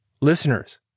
listeners